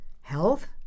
health